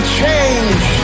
change